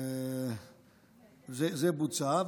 זה בוצע,